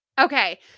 Okay